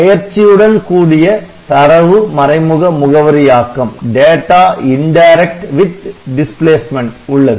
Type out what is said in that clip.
பெயர்ச்சியுடன் கூடிய தரவு மறைமுக முகவரியாக்கம் உள்ளது